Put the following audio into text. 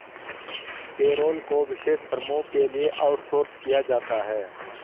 payroll को विशेष फर्मों के लिए आउटसोर्स किया जाता है